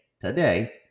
today